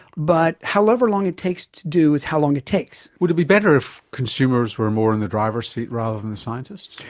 but however long it takes to do is how long it takes. would it be better if consumers were more in the driver's seat rather than the scientists?